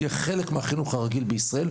ויהיה חלק מהחינוך הרגיל בישראל,